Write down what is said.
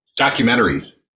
documentaries